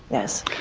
yes.